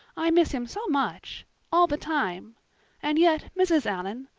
i miss him so much all the time and yet, mrs. allan,